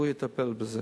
שהוא יטפל בזה.